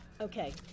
Okay